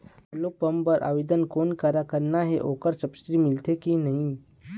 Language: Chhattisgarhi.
टुल्लू पंप बर आवेदन कोन करा करना ये ओकर सब्सिडी मिलथे की नई?